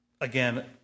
again